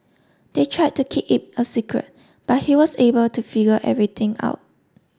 they tried to keep it a secret but he was able to figure everything out